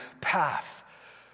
path